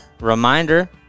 reminder